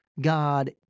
God